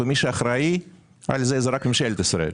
ומי שאחראי על זה - זה רק ממשלת ישראל.